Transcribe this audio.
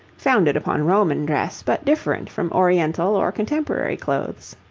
founded upon roman dress, but different from oriental or contemporary clothes.